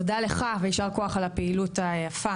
תודה לך, ויישר כוח על הפעילות היפה.